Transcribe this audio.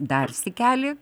dar sykelį